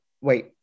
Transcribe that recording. wait